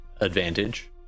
advantage